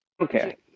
Okay